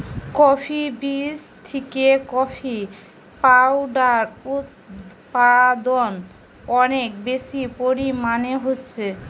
coffee বীজ থিকে coffee powder উদপাদন অনেক বেশি পরিমাণে হচ্ছে